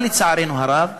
אבל, לצערנו הרב,